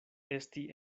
esti